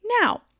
Now